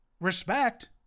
Respect